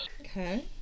Okay